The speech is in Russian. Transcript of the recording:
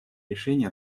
решений